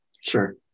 Sure